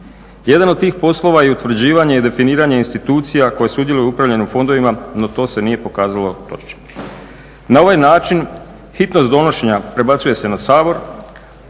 Jedan od tih poslova je i utvrđivanje i definiranje institucija koje sudjeluju u upravljanju fondovima, no to se nije pokazalo točnim. Na ovaj način hitnost donošenja prebacuje se na Sabor,